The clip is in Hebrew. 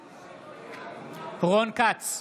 בעד רון כץ,